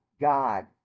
God